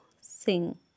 sing